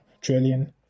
trillion